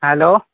hello